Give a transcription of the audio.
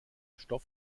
stoff